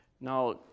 Now